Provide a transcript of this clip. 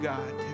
God